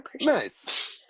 nice